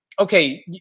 okay